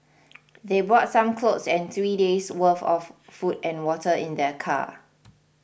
they brought some clothes and three days' worth of food and water in their car